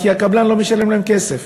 כי הקבלן לא משלם להם כסף.